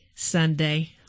Sunday